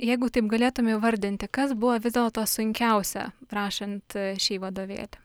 jeigu taip galėtum įvardinti kas buvo vis dėlto sunkiausia rašant šį vadovėlį